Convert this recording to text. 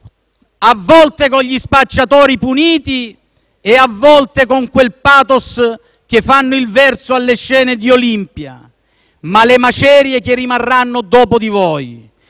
a volte con gli spacciatori puniti, e a volte con un *pathos* che fa il verso alle scene del documentario Olympia, ma le macerie che rimarranno dopo di voi.